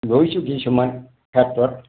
লৈছোঁ কিছুমান ক্ষেত্ৰত